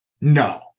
No